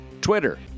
Twitter